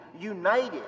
united